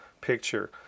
picture